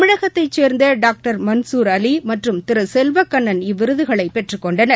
தமிழகத்தை சேர்ந்த டாங்டர் மன்சூர்அவி மற்றும் திரு செல்வக்கண்ணன் இவ்விருதுகளை பெற்றுக் கொண்டனர்